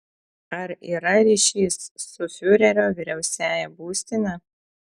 ar yra ryšys su fiurerio vyriausiąja būstine